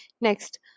Next